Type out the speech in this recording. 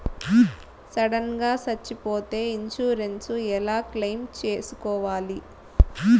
Sudden గా సచ్చిపోతే insurance ఎలా క్లెయిమ్ సేసుకోవాలి?